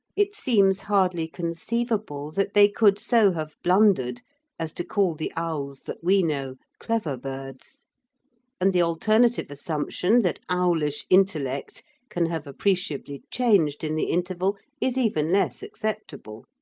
it seems hardly conceivable that they could so have blundered as to call the owls that we know clever birds and the alternative assumption that owlish intellect can have appreciably changed in the interval is even less acceptable.